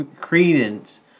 credence